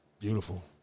Beautiful